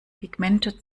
pigmente